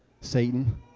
Satan